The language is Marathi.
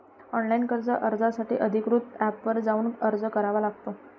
ऑनलाइन कर्ज अर्जासाठी अधिकृत एपवर जाऊन अर्ज करावा लागतो